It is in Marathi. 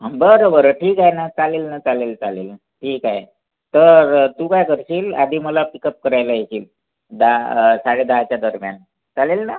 बरं बरं ठीक आहे ना चालेल ना चालेल चालेल ठीक आहे तर तू काय करशील आधी मला पिकअप करायला येशील दा साडे दहाच्या दरम्यान चालेल नं